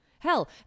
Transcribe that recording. Hell